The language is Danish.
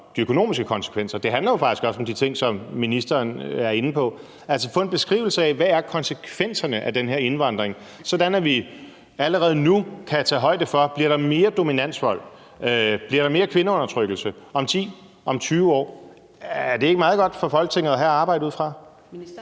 Det handler jo faktisk også om de ting, som ministeren er inde på, altså at få en beskrivelse af, hvad konsekvenserne af den her indvandring er, sådan at vi allerede nu kan tage højde for det, i forhold til om der bliver mere dominansvold eller der bliver mere kvindeundertrykkelse om 10 år og om 20 år. Er det ikke meget godt for Folketinget at have noget at arbejde ud fra?